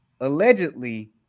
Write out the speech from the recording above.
Allegedly